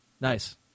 nice